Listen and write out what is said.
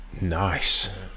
Nice